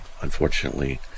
unfortunately